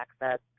access